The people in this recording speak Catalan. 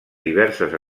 diverses